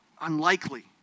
unlikely